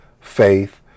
faith